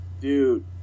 dude